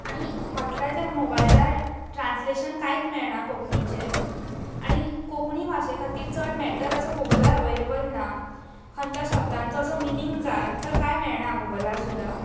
आनी म्हटल्यार तर मोबायलार ट्रान्सलेशन कांयच मेळना कोंकणीचें आनी कोंकणी भाशे खातीर चड मॅटर असो गुगलार अवेलेबल ना खंयचो शब्दांचो असो मिनींग जाय तर काय मेळना गुगलार सुद्दां